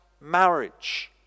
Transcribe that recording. marriage